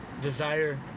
desire